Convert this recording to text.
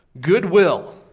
goodwill